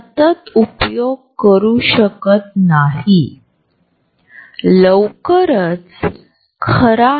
सामाजिक विभाग कुठेतरी ४६ सेंटीमीटर ते १